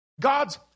God's